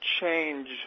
change